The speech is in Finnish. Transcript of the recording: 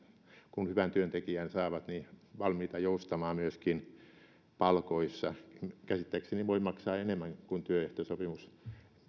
kun hyvän työntekijän saavat valmiita joustamaan myöskin palkoissa käsittääkseni voi maksaa enemmänkin kuin työehtosopimus